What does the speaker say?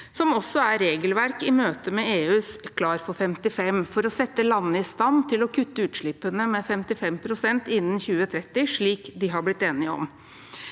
som også er et regelverk i møte med EUs Klar for 55, for å sette landene i stand til å kutte utslippene med 55 pst. innen 2030, slik de har blitt enige om.